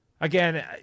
again